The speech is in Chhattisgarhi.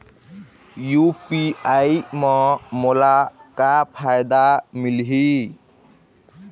यू.पी.आई म मोला का फायदा मिलही?